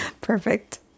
Perfect